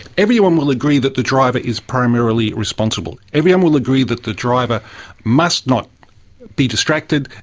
everyone will agree that the driver is primarily responsible. everyone will agree that the driver must not be distracted,